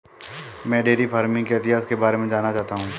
मैं dairy farming के इतिहास के बारे में जानना चाहता हूं